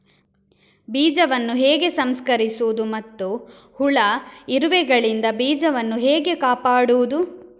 ಬೀಜವನ್ನು ಹೇಗೆ ಸಂಸ್ಕರಿಸುವುದು ಮತ್ತು ಹುಳ, ಇರುವೆಗಳಿಂದ ಬೀಜವನ್ನು ಹೇಗೆ ಕಾಪಾಡುವುದು?